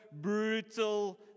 brutal